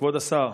כבוד השר,